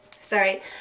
sorry